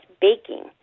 baking